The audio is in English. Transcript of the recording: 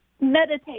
meditate